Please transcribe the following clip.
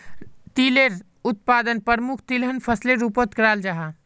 तिलेर उत्पादन प्रमुख तिलहन फसलेर रूपोत कराल जाहा